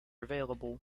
available